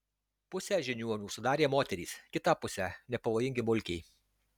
pusę žiniuonių sudarė moterys kitą pusę nepavojingi mulkiai